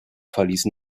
verließen